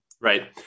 right